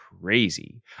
crazy